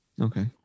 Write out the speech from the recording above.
Okay